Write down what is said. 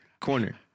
Corner